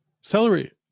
Celery